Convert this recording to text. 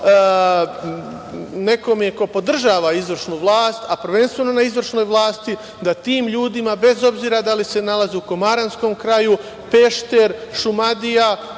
nekome ko podržava izvršnu vlast, a prvenstveno na izvršnoj vlasti da tim ljudima, bez obzira da li se nalaze u komaranskom kraju, Pešter, Šumadija,